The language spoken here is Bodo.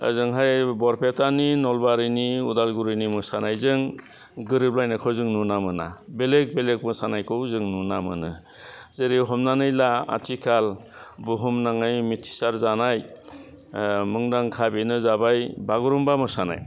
ओजोंहाय बरपेटानि नलबारिनि अदालगुरिनि मोसानायजों गोरोब लायनायखौ जों नुना मोना बेलेक बेलेक मोसानायखौ जों नुना मोनो जेरै हमनानै ला आथिखाल बुहुमनाङै मिथिसार जानाय मुंदांखा बेनो जाबाय बागुरुम्बा मोसानाय